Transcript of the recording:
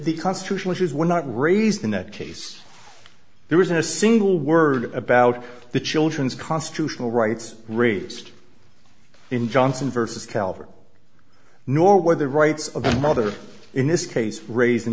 the constitutional issues were not raised in that case there isn't a single word about the children's constitutional rights raised in johnson versus calver nor where the rights of the mother in this case raising